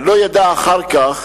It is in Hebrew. לא ידע אחר כך